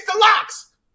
locks